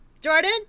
Jordan